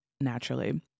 naturally